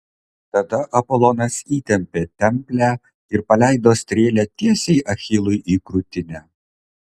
tada apolonas įtempė templę ir paleido strėlę tiesiai achilui į krūtinę